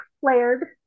flared